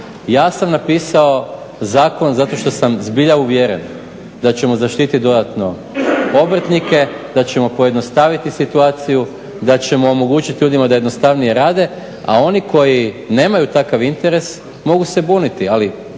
Ja sam napisao zakon zato što sam zbilja uvjeren da ćemo zaštitit dodatno obrtnike, da ćemo pojednostaviti situaciju i da ćemo omogućit ljudima da jednostavnije rade, a oni koji nemaju takav interes mogu se buniti ali